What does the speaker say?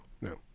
No